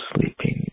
sleeping